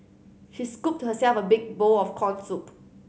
she scooped herself a big bowl of corn soup